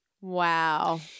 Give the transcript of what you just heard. Wow